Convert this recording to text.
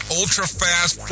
ultra-fast